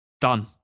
Done